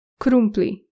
Krumpli